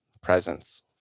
presence